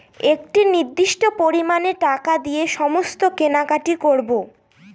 একটি নির্দিষ্ট পরিমানে টাকা দিয়ে সমস্ত কেনাকাটি করবো